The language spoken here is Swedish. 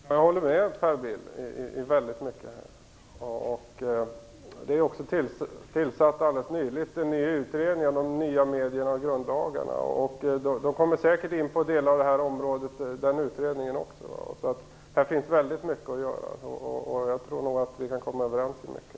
Fru talman! Jag håller med Per Bill i väldigt mycket. Det har alldeles nyligen tillsatts en utredning om de nya medierna och grundlagarna, och den kommer säkert in på delar av detta område. Här finns väldigt mycket att göra, och jag tror nog att vi kan komma överens i mycket.